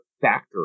factor